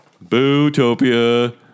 Boo-topia